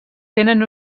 tenen